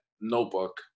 notebook